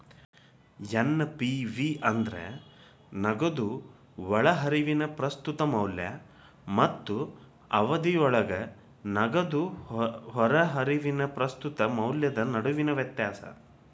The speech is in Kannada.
ಎನ್.ಪಿ.ವಿ ಅಂದ್ರ ನಗದು ಒಳಹರಿವಿನ ಪ್ರಸ್ತುತ ಮೌಲ್ಯ ಮತ್ತ ಅವಧಿಯೊಳಗ ನಗದು ಹೊರಹರಿವಿನ ಪ್ರಸ್ತುತ ಮೌಲ್ಯದ ನಡುವಿನ ವ್ಯತ್ಯಾಸ